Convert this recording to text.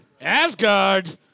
Asgard